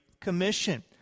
Commission